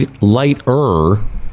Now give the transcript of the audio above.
lighter